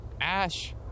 Ash